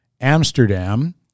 Amsterdam